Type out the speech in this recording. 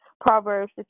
Proverbs